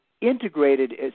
integrated